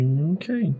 Okay